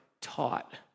taught